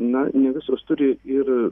na ne visos turi ir